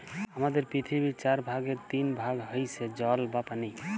হামাদের পৃথিবীর চার ভাগের তিন ভাগ হইসে জল বা পানি